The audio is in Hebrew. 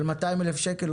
של 200,000 שקל,